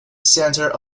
center